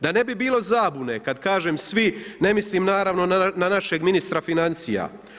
Da ne bi bilo zabune, kad kažem svi, ne mislim naravno, na našeg ministra financija.